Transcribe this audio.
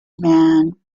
man